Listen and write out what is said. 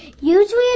Usually